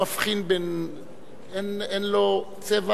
אין לו צבע